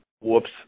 whoops